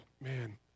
man